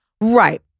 Right